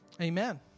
Amen